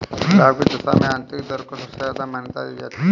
लाभ की दशा में आन्तरिक दर को सबसे ज्यादा मान्यता दी जाती है